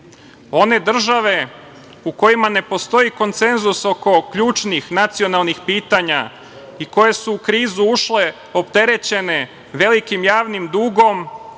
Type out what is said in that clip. One države u kojima ne postoji konsenzus oko ključnih nacionalnih pitanja i koje su u krizu ušle opterećene velikim javnim dugom,